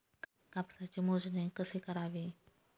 कापसाची मोजणी कशी करावी?